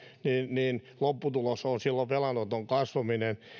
niin lopputulos on silloin velanoton kasvaminen